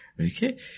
Okay